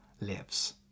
lives